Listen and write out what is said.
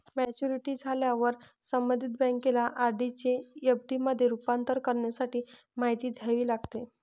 maturity झाल्यावर संबंधित बँकेला आर.डी चे एफ.डी मध्ये रूपांतर करण्यासाठी माहिती द्यावी लागते